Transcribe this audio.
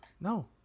No